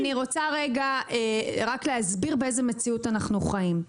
אני רוצה רק להסביר באיזה מציאות אנחנו חיים.